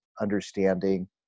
understanding